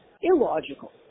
illogical